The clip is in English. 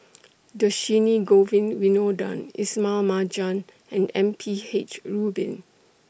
Dhershini Govin Winodan Ismail Marjan and M P H Rubin